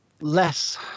less